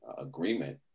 agreement